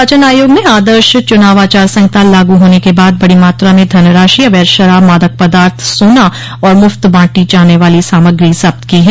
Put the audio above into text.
निर्वाचन आयोग ने आदर्श चुनाव आचार संहिता लागू होने के बाद बड़ी मात्रा में धनराशि अवैध शराब मादक पदार्थ सोना और मुफ्त बांटी जाने वाली सामग्री जब्त की है